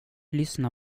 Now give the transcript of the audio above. lyssna